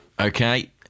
Okay